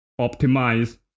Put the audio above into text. optimize